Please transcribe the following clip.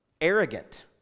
arrogant